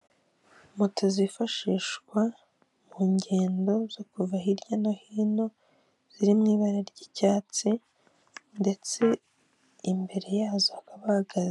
Isoko ry'imboga ririmo abantu bagiye batandukanye hari umucuruzi ari gutonora ibishyimbo hari ibitunguru, harimo amashaza, inyanya ndetse